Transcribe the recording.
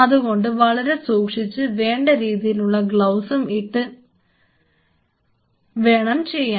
അതുകൊണ്ട് വളരെ സൂക്ഷിച്ച് വേണ്ട രീതിയിലുള്ള ഗ്ലൌസും എല്ലാം ഇട്ടിട്ട് വേണം ഇത് ചെയ്യാൻ